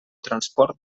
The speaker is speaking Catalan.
transport